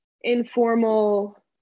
informal